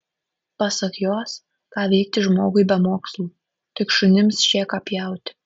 pasak jos ką veikti žmogui be mokslų tik šunims šėką pjauti